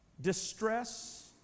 distress